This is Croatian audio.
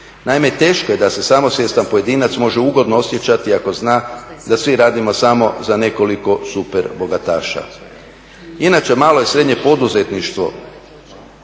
Naime, teško je da se samosvjestan pojedinac može ugodno osjećati ako zna da svi radimo samo za nekoliko super bogataša. Inače, malo i srednje poduzetništvo